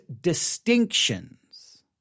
distinctions